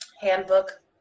Handbook